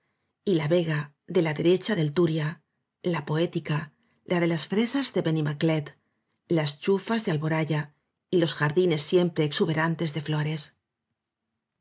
y la vega de la derecha del turia la poética la de las fresas de benimaclet las chu fas de alboraya y los jardines siempre exube rantes de flores